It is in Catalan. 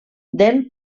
del